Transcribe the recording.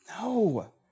No